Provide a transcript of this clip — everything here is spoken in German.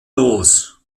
los